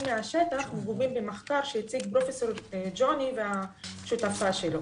מהשטח מגובים במחקר שהציג פרופסור ג'וני והשותפה שלו.